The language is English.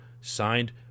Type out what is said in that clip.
signed